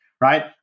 right